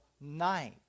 night